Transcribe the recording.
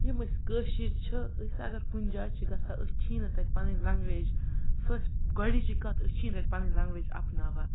یِم أسۍ کٲشِرۍ چھِ أسۍ اگر کُنہِ جایہِ چھِ گژھان أسۍ چھی نہٕ تَتہِ پَنٕنۍ لنٛگویج فٔسٹ گۄڈٕنِچی کَتھ أسۍ چھی نہٕ تَتہِ پَنٕنۍ لنٛگویج اَپناوان